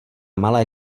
malé